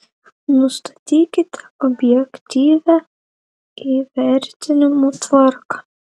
nustatykite objektyvią įvertinimo tvarką